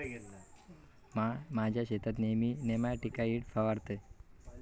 म्या माझ्या शेतात नेयमी नेमॅटिकाइड फवारतय